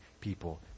people